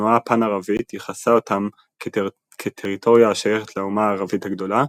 התנועה הפאן-ערבית ייחסה אותם כטריטוריה השייכת לאומה הערבית הגדולה,